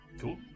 Cool